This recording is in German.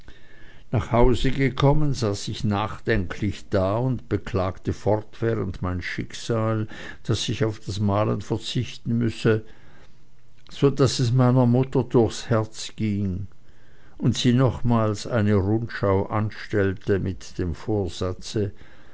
nach hause gekommen saß ich nachdenklich da und beklagte fortwährend mein schicksal daß ich auf das malen verzichten müsse so daß es meiner mutter durchs herz ging und sie nochmals eine rundschau anstellte mit dem vorsatze